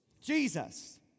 Jesus